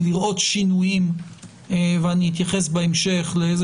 והן לראות שינויים ובהמשך אני אתייחס ואומר איזה